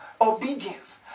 obedience